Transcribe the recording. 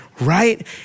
right